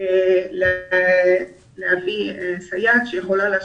היה להביא סייעת שיכולה לעזור.